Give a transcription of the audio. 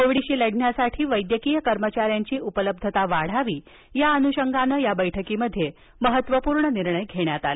कोविडशी लढण्यासाठी वैद्यकीय कर्मचाऱ्यांची उपलब्धता वाढावी या अनुषंगाने या बैठकीत महत्वपूर्ण निर्णय घेण्यात आले